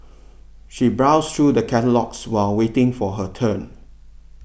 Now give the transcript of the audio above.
she browsed through the catalogues while waiting for her turn